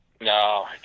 No